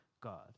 God